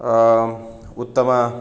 उत्तम